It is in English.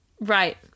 Right